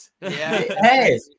Hey